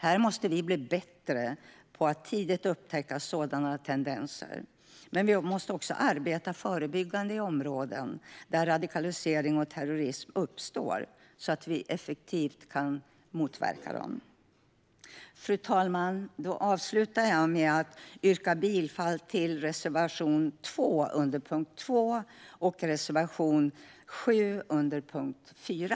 Vi måste bli bättre på att tidigt upptäcka sådana tendenser, men vi måste också arbeta förebyggande i områden där radikalisering och terrorism uppstår så att vi effektivt kan motverka detta. Fru talman! Jag avslutar med att yrka bifall till reservation 2 under punkt 2 och till reservation 7 under punkt 4.